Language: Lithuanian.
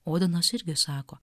odenas irgi sako